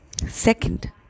Second